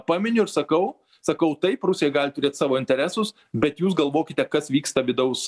paminiu ir sakau sakau taip rusija gali turėt savo interesus bet jūs galvokite kas vyksta vidaus